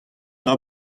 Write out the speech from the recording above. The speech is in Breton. dra